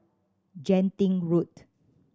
Genting Road